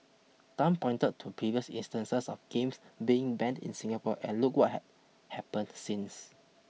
Tan pointed to previous instances of games being banned in Singapore and look what had happened since